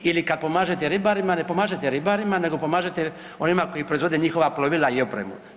Ili kad pomažete ribarima, ne pomažete ribarima nego pomažete onima koji proizvode njihova plovila i opremu.